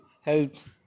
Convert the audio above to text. health